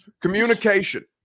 communication